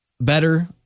better